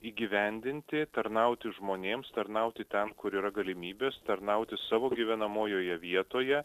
įgyvendinti tarnauti žmonėms tarnauti ten kur yra galimybės tarnauti savo gyvenamojoje vietoje